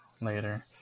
later